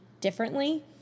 differently